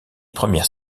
premières